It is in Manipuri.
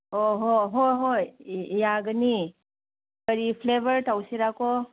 ꯑꯣ ꯍꯣ ꯍꯣꯏ ꯍꯣꯏ ꯌꯥꯒꯅꯤ ꯀꯔꯤ ꯐ꯭ꯂꯦꯕꯔ ꯇꯧꯁꯤꯔ